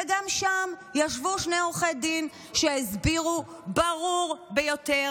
וגם שם ישבו שני עורכי דין שהסבירו ברור ביותר